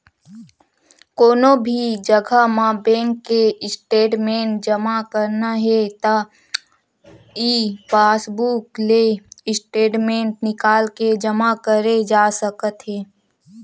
कोनो भी जघा म बेंक के स्टेटमेंट जमा करना हे त ई पासबूक ले स्टेटमेंट निकाल के जमा करे जा सकत हे